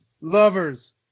lovers